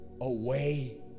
away